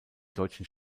deutschen